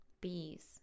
Bees